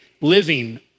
living